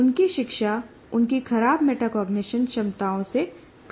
उनकी शिक्षा उनकी खराब मेटाकॉग्निशन क्षमताओं से प्रभावित होती है